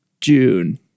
June